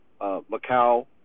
Macau